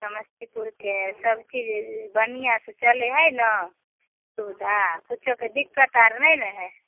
समस्तीपुरके सबचीज बढ़िआँसँ चलै हइ ने सुविधा किछुके दिक्कत आओर नहि ने हइ